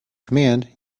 command